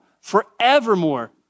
forevermore